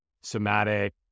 somatic